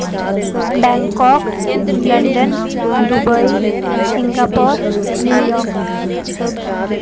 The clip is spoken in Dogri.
Bangkok London Dubai Singapore New York